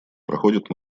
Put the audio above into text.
проходит